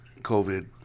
COVID